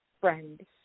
friend